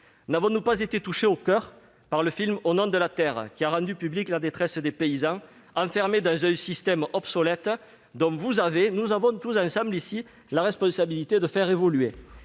N'avons-nous pas été touchés au coeur par le film, qui a rendu publique la détresse des paysans enfermés dans un système obsolète, que vous avez et que nous avons tous ensemble, ici, la responsabilité de faire évoluer ?